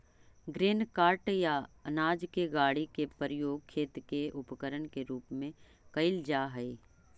grain cart या अनाज के गाड़ी के प्रयोग खेत के उपकरण के रूप में कईल जा हई